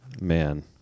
Man